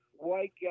white